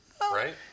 right